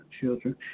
children